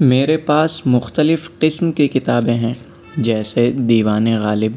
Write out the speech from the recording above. میرے پاس مختلف قسم كى كتابيں ہيں جيسے ديوانِِ غالب